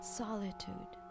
solitude